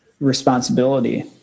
responsibility